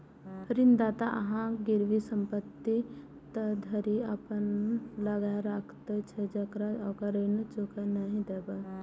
ऋणदाता अहांक गिरवी संपत्ति ताधरि अपना लग राखैत छै, जाधरि ओकर ऋण चुका नहि देबै